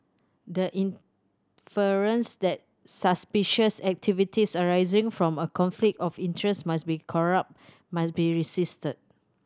the inference that suspicious activities arising from a conflict of interest must be corrupt must be resisted